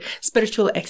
spiritual